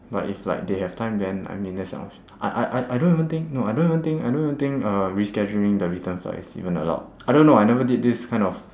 but if like they have time then I mean that's an optio~ I I I I don't even think no I don't even think I don't even think uh rescheduling the return flight is even allowed I don't know I never did this kind of